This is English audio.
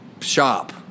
shop